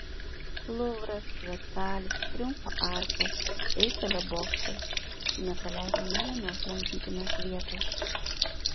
luvras versalis triumfo arka eifelio bokštas nepraleidau nė vienos lankytinos vietos